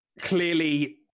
clearly